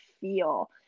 feel